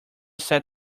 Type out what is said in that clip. set